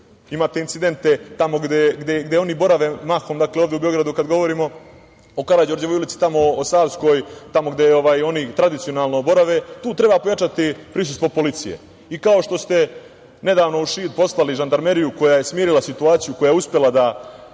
Imate incidente tamo gde oni borave. Ovde u Beogradu kada govorimo o Karađorđevoj ulici, o Savskoj, tamo gde oni tradicionalno borave, tu treba pojačati prisustvo policije. Kao što ste nedavno u Šidu poslali žandarmeriju koja je smirila situaciju, koja je uspela da